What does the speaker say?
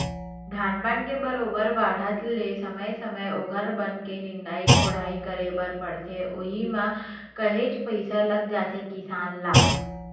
धान पान के बरोबर बाड़हत ले समे समे ओखर बन के निंदई कोड़ई करे बर परथे उहीं म काहेच पइसा लग जाथे किसान ल